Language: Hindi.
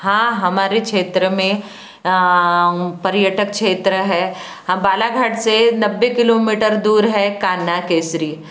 हाँ हमारे क्षेत्र में पर्यटक क्षेत्र है हम बालाघाट से नब्बे किलोमीटर दूर है कान्हा केसरी